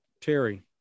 Terry